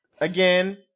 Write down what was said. Again